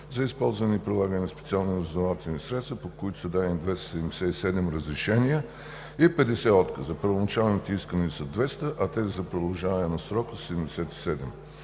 за използване и прилагане на специални разузнавателни средства, по които са дадени 277 разрешения и 50 отказа. Първоначалните искания са 200, а тези за продължаване на срока са 77.